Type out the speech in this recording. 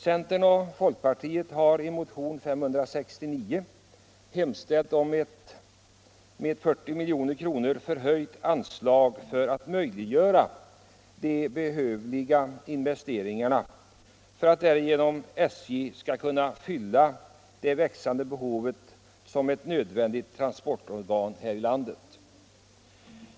Centern och folkpartiet har i motion 569 hemställt om ett med 40 milj.kr. höjt anslag för att möjliggöra de behövliga investeringarna, så att SJ kan tillgodose det växande behovet av järnvägstransporter och fylla sin funktion som ett nödvändigt transportorgan här i landet.